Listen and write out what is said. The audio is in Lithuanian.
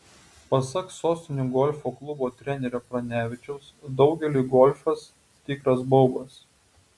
pasak sostinių golfo klubo trenerio pranevičiaus daugeliui golfas tikras baubas